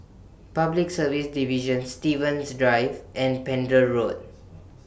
Public Service Division Stevens Drive and Pender Road